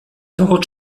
dort